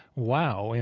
wow, you